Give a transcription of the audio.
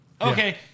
Okay